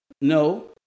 no